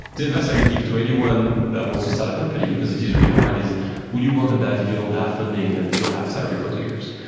the advice i would give to anyone that wants to start a company, because it is really hard, is would you work on that if you don't have funding and you don't have salary for two years?